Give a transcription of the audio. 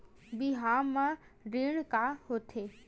बिहाव म ऋण का होथे?